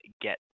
get